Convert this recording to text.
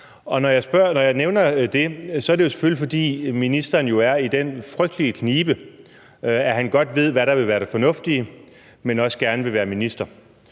Når jeg nævner det, er det jo selvfølgelig, fordi ministeren jo er i den frygtelige knibe, at han godt ved, hvad der vil være det fornuftige, men også gerne vil være minister